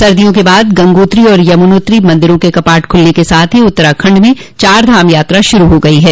सर्दियों के बाद गंगोत्री और यमुनोत्री मंदिरों के कपाट ख्रलने के साथ ही उत्तराखंड में चार धाम यात्रा श्रू हो गई है